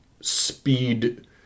speed